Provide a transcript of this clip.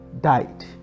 died